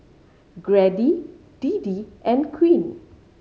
Grady Deedee and Queen